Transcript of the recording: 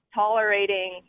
tolerating